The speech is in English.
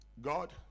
God